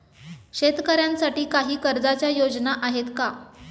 शेतकऱ्यांसाठी काही कर्जाच्या योजना आहेत का?